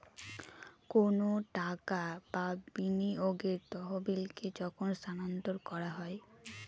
কোনো টাকা বা বিনিয়োগের তহবিলকে যখন স্থানান্তর করা হয়